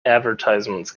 advertisements